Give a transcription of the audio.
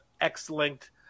X-linked